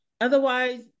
otherwise